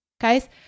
guys